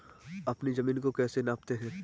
अपनी जमीन को कैसे नापते हैं?